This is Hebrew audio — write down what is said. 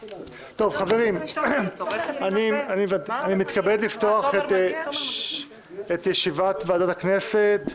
חברים, אני מתכבד לפתוח את ישיבת ועדת הכנסת.